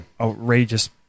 outrageous